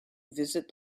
visit